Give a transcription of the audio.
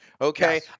Okay